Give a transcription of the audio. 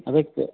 ಅದಕ್ಕೆ